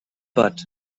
but